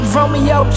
Romeo